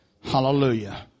Hallelujah